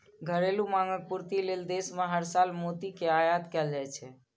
घरेलू मांगक पूर्ति लेल देश मे हर साल मोती के आयात कैल जाइ छै